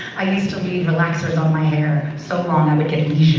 i used to leave relaxers on my hair so long,